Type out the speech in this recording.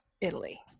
Italy